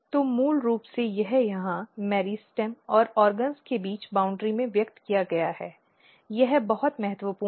तो मूल रूप से यह यहाँ मेरिस्टेम और अंगों के बीच बाउन्ड्री में व्यक्त किया गया है यह बहुत महत्वपूर्ण है